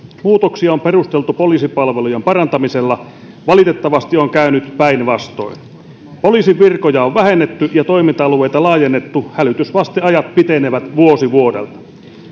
muutoksia on perusteltu poliisipalvelujen parantamisella valitettavasti on käynyt päinvastoin poliisin virkoja on vähennetty ja toiminta alueita laajennettu hälytysvasteajat pitenevät vuosi vuodelta